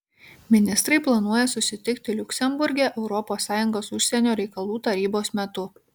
ministrai planuoja susitikti liuksemburge europos sąjungos užsienio reikalų tarybos metu